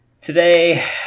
Today